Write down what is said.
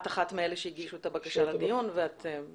את אחת מאלה שהגישו את הבקשה לדיון ואת מוזמנת כמובן.